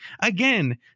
Again